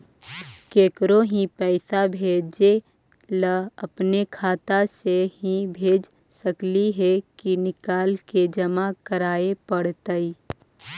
केकरो ही पैसा भेजे ल अपने खाता से ही भेज सकली हे की निकाल के जमा कराए पड़तइ?